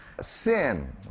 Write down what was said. Sin